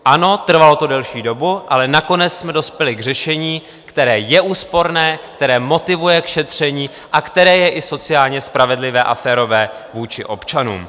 Ano, trvalo to delší dobu, ale nakonec jsme dospěli k řešení, které je úsporné, které motivuje k šetření a které je i sociálně spravedlivé a férové vůči občanům.